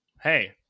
Hey